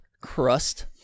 crust